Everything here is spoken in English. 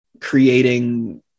creating